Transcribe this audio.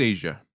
Asia